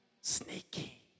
Sneaky